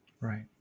Right